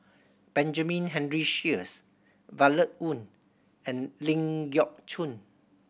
Benjamin Henry Sheares Violet Oon and Ling Geok Choon